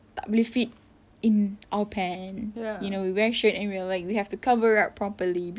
tak boleh fit in our pants you know we wear shirts and we're like we have to cover up properly cause